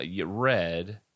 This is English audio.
red